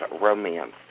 romance